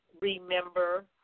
Remember